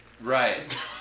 Right